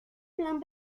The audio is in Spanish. plan